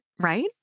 Right